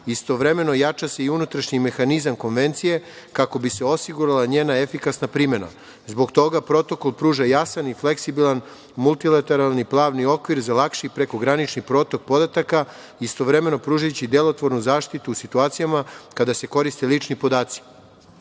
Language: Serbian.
jača se i unutrašnji mehanizam Konvencije, kako bi se osigurala njena efikasna primena. Zbog toga protokol pruža jasan i fleksibilan multilateralni pravni okvir za lakši prekogranični protok podataka, istovremeno pružajući delotvornu zaštitu u situacijama kada se koriste lični